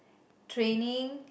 training